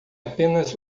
apenas